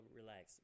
relax